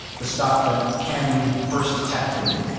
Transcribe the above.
the stuff that ken first detected,